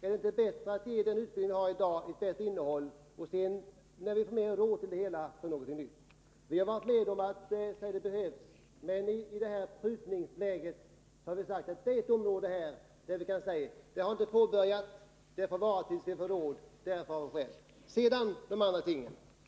Är det inte bättre att ge den utbildning vi i dag har ett bättre innehåll, och sedan — när vi får råd med det — införa någonting nytt? Vi har varit med om att bereda det här ärendet, men i den prutningssituation som vi befinner oss i har vi sagt att detta är ett område som får anstå till dess vi får råd.